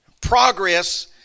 progress